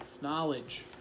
knowledge